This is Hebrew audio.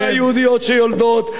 הנשים היהודיות שיולדות,